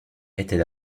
était